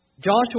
Joshua